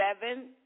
seven